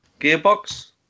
Gearbox